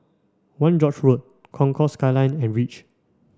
One George road Concourse Skyline and Reach